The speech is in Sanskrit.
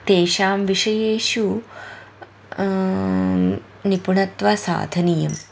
तेषां विषयेषु निपुणत्वा साधनीयम्